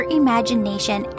imagination